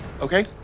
Okay